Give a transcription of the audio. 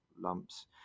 lumps